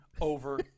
over